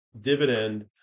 dividend